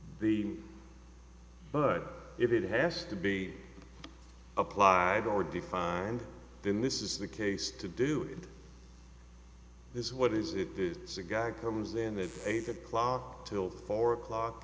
be but if it has to be applied or defined then this is the case to do it this is what is it it's a guy comes in the eight o'clock till four o'clock